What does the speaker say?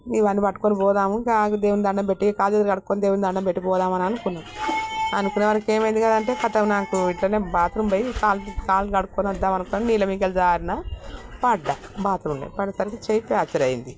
ఇవన్నీ పట్టుకుని పోదాము కాదు దేవుడికి దండం పెట్టి కాళ్ళు చేతులు కడుకుని దేవుడికి దండం పెట్టి పోదాము అని అనుకున్నాం అనుకునే సరికి ఏమైంది కదంటే కథం నాకు ఇలానే బాత్రూమ్ పోయి కా కాలు కడుకుని వద్దామనుకుని నీళ్ళ మీద పడి జరీనా పడ్డ బాత్రూములో పడేసరికి చేయి ఫ్రాక్చరు అయింది